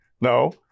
No